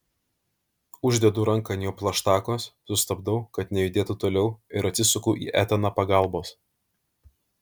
uždedu ranką ant jo plaštakos sustabdau kad nejudėtų toliau ir atsisuku į etaną pagalbos